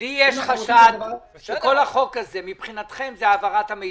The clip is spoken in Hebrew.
לי יש חשד שכל החוק הזה, מבחינתכם זה העברת המידע.